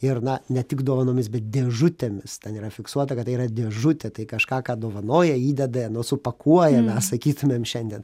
ir na ne tik dovanomis bet dėžutėmis ten yra fiksuota kad tai yra dėžutė tai kažką ką dovanoja įdeda supakuoja mes sakytumėm šiandien